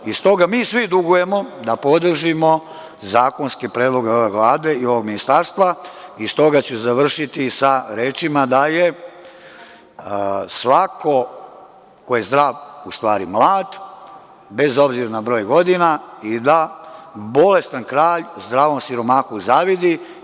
Stoga, mi svi dugujemo da podržimo zakonski predlog ove Vlade i ovog ministarstva i stoga ću završiti sa rečima dalje, svako ko je zdrav, u stvari mlad, bez obzira na broj godina i da bolestan kralj zdravom siromahu zavidi.